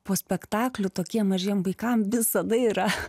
po spektaklių tokiem mažiem vaikam visada yra